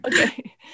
Okay